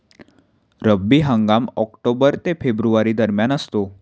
रब्बी हंगाम ऑक्टोबर ते फेब्रुवारी दरम्यान असतो